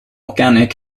organic